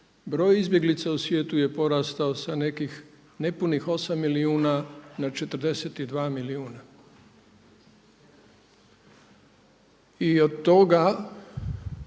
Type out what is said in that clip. broj izbjeglica u svijetu je porastao sa nekih nepunih 8 milijuna na 42 milijuna. I od toga